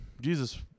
Jesus